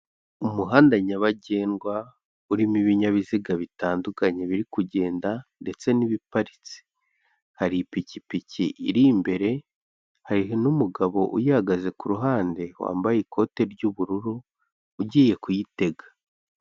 Umuhanda nyabagendwa urimo ibinyabiziga bitandukanye biri kugenda ndetse n'ibiparitse, hari ipikipiki iri imbere, hari n'umugabo uyihagaze ku ruhande wambaye ikote ry'ubururu ugiye kuyitega.